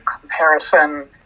comparison